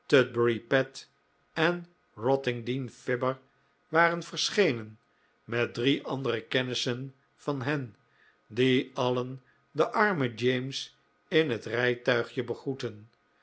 en rottingdean fibber waren verschenen met drie andere kennissen van hen die alien den armen james in het rijtuigje begroetten